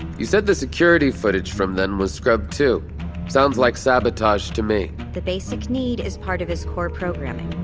you said the security footage from then was scrubbed, too sounds like sabotage to me the basic need is part of his core programming.